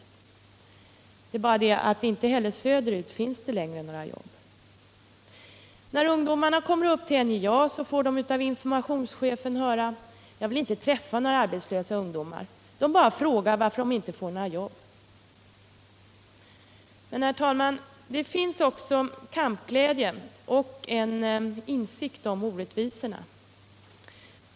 Men inte heller söderut finns det längre några jobb. När ungdomarna kommer till NJA får de av informationschefen höra: ”Jag vill inte träffa arbetslösa ungdomar. Dom bara frågar varför dom inte får något jobb.” Men, herr talman, det finns också kampglädje och en insikt om orättvisorna.